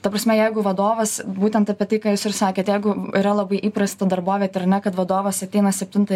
ta prasme jeigu vadovas būtent apie tai ką jūs ir sakėt jeigu yra labai įprasta darbovietė ar ne kad vadovas ateina septintą